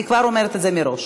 אני כבר אומרת את זה מראש.